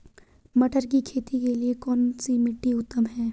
मटर की खेती के लिए कौन सी मिट्टी उत्तम है?